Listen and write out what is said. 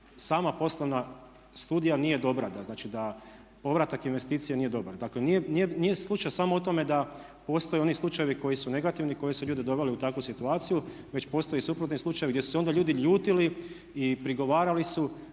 sama poslovna studija nije dobra, znači da povratak investicija nije dobar. Dakle, nije slučaj samo u tome da postoje oni slučajevi koji su negativni, koji su ljude doveli u takvu situaciju već postoje suprotni slučajevi gdje su se onda ljudi ljutili i prigovarali su